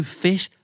fish